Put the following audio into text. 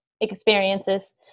experiences